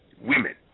women